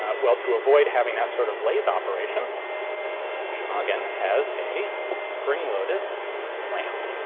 ah well, to avoid having that sort of lathe operation shpagin has a spring-loaded clamp.